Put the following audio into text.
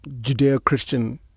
Judeo-Christian